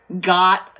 got